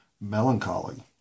melancholy